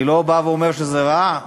אני לא אומר שזה רע,